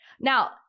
Now